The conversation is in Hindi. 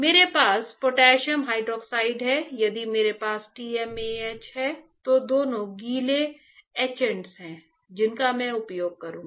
मेरे पास पोटेशियम हाइड्रोक्साइड हैं जिनका मैं उपयोग करूंगा